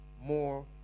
more